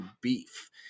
Beef